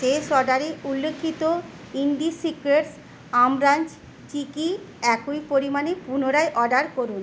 শেষ অর্ডারে উল্লিখিত ইন্ডিসিক্রেটস আমারান্ত চিকি একই পরিমাণে পুনরায় অর্ডার করুন